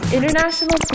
International